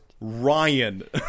Ryan